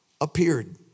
appeared